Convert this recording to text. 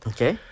Okay